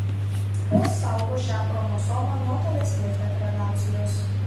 jos saugo šią chromosomą nuo tolesnės degradacijos